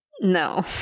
No